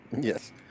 Yes